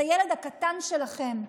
את הילד הקטן שלכם,